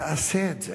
תעשה את זה.